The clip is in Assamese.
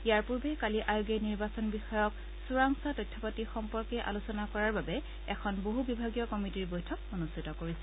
ইয়াৰ পূৰ্বে কালি আয়োগে নিৰ্বাচন বিষয়ক চোৰাংচোৱা তথ্যপাতি সম্পৰ্কে আলোচনা কৰাৰ বাবে এখন বহুবিভাগীয় কমিটিৰ বৈঠক অনুষ্ঠিত কৰিছিল